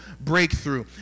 breakthrough